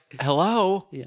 hello